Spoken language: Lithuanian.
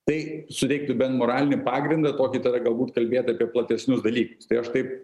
tai suteiktų ben moralinį pagrindą tokį tada galbūt kalbėt apie platesnius dalykus tai aš taip